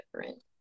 different